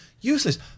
useless